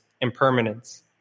impermanence